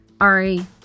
Ari